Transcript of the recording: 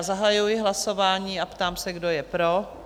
Zahajuji hlasování a ptám se, kdo je pro?